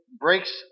breaks